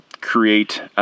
create